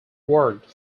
worked